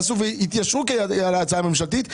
והם התיישרו עם ההצעה הממשלתית,